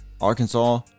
Arkansas